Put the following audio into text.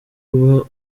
ubwo